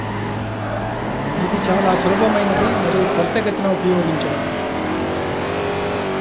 ఇది చాలా సులభమైనది మరియు త్వరితగతిన ఉపయోగించడం